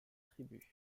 tribut